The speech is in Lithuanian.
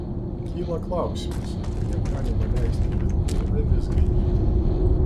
kyla klausimas kiek galima leisti vilkui avis ganyti